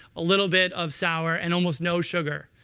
a little bit of sour, and almost no sugar.